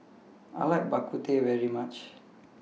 I like Bak Kut Teh very much